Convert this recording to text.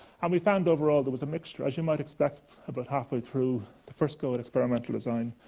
and we found overall, there was a mixture. as you might expect, about halfway through the first go of experimental design,